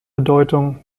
bedeutung